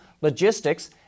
logistics